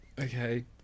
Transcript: okay